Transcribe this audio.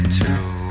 two